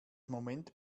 moment